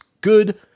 Good